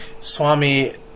Swami